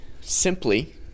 simply